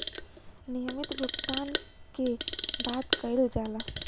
नियमित भुगतान के बात कइल जाला